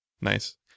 Nice